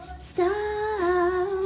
Stop